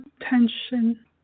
tension